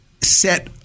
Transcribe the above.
set